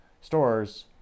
stores